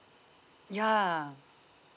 ya